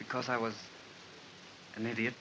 because i was an idiot